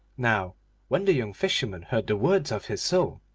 now when the young fisherman heard the words of his soul,